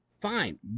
fine